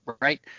right